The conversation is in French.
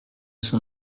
son